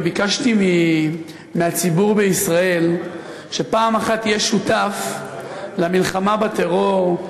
וביקשתי מהציבור בישראל שפעם אחת יהיה שותף למלחמה בטרור,